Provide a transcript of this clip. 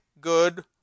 good